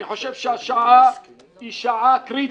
אני חושב שהשעה היא שעה קריטית.